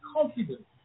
confident